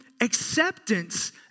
acceptance